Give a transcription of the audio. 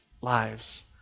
lives